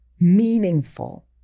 meaningful